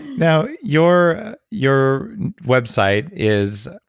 now, your your website is.